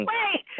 Wait